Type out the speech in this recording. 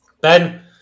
Ben